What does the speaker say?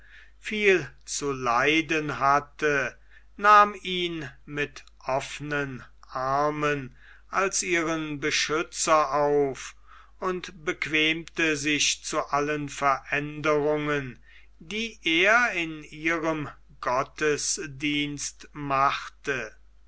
viel zu leiden hatte nahm ihn mit offenen armen als ihren beschützer auf und bequemte sich zu allen veränderungen die er in ihrem gottesdienst machte